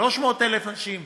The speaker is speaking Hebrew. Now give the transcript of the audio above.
300,000 נשים,